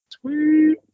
Sweet